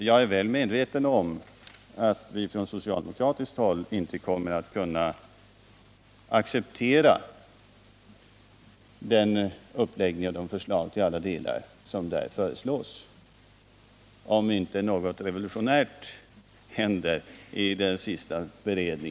Jag är väl medveten om att vi från socialdemokratiskt håll inte kommer att kunna till alla delar acceptera den uppläggning och de förslag som där läggs fram, om inte något revolutionerande händer i departementets sista beredning.